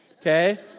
okay